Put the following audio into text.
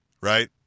right